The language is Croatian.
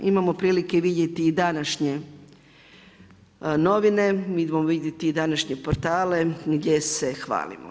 Imamo prilike vidjeti i današnje novine, idemo vidjeti i današnje portale gdje se hvalimo.